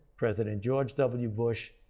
president george w. bush,